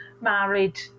married